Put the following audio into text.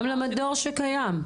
גם למדור שקיים,